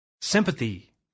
Sympathy